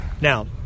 Now